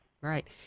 Right